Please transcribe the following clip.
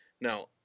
Now